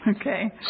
Okay